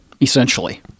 essentially